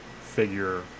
figure